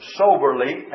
soberly